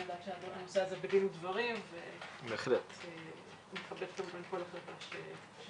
אני יודעת שהנושא הזה בדין ודברים ונכבד כמובן כל החלטה בנושא.